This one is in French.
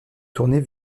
tourner